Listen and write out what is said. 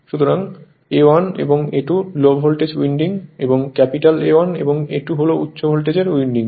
সুতরাং a1 এবং a2 low voltage winding এবং ক্যাপিটাল A1 এবং A2 হল উচ্চ ভোল্টেজের উইন্ডিং